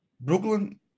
Brooklyn